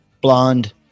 Blonde